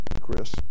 Chris